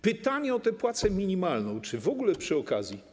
Pytanie o tę płacę minimalną czy w ogóle przy okazji.